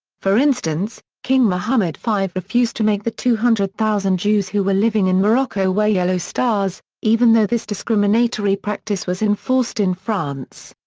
for instance, king mohammed v refused to make the two hundred thousand jews who were living in morocco wear yellow stars, even though this discriminatory practice was enforced in france.